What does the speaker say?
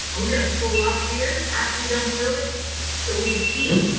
are we gonna pull up here after you're done filling so we can pee?